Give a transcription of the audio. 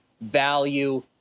value